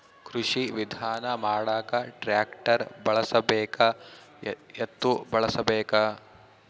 ಕೃಷಿ ವಿಧಾನ ಮಾಡಾಕ ಟ್ಟ್ರ್ಯಾಕ್ಟರ್ ಬಳಸಬೇಕ, ಎತ್ತು ಬಳಸಬೇಕ?